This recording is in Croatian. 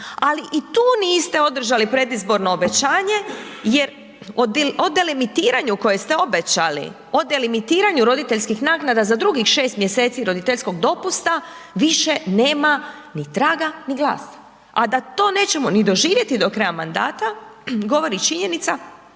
ali i tu niste održali predizborno obećanje jer o delimitiranju koje ste obećali, o delimitiranju roditeljskih naknada za drugih 6. mjeseci roditeljskog dopusta više nema ni traga ni glasa, a da to nećemo ni doživjeti do kraja mandata govori činjenica